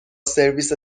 سرویس